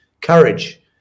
courage